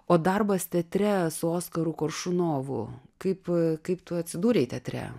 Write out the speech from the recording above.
o darbas teatre su oskaru koršunovu kaip kaip tu atsidūrei teatre